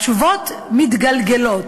התשובות מתגלגלות.